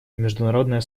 международное